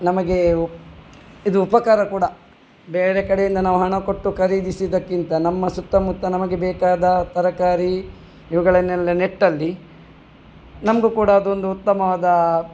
ನಮಗೆ ಉಪ್ ಇದು ಉಪಕಾರ ಕೂಡ ಬೇರೆ ಕಡೆಯಿಂದ ನಾವು ಹಣ ಕೊಟ್ಟು ಖರೀದಸಿದ್ದಕ್ಕಿಂತ ನಮ್ಮ ಸುತ್ತಮುತ್ತ ನಮಗೆ ಬೇಕಾದ ತರಕಾರಿ ಇವುಗಳನ್ನೆಲ್ಲ ನೆಟ್ಟಲ್ಲಿ ನಮಗೂ ಕೂಡ ಅದೊಂದು ಉತ್ತಮವಾದ